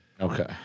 okay